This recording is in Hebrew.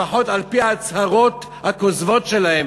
לפחות על-פי ההצהרות הכוזבות שלהם,